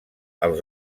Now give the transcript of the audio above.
els